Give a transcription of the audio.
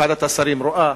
ועדת השרים רואה,